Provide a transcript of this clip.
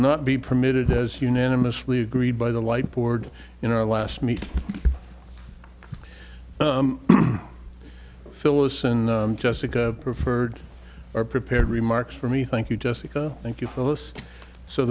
not be permitted as unanimously agreed by the light board in our last meeting phyllis and jessica preferred our prepared remarks for me thank you jessica